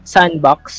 Sandbox